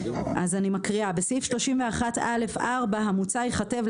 אני מקריאה: בסעיף 31א4 במוצע ייכתב: